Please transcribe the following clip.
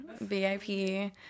VIP